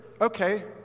okay